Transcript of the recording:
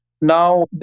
Now